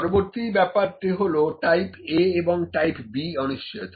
পরবর্তী ব্যাপারটি হলো টাইপ A এবং টাইপ B অনিশ্চয়তা